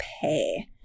pay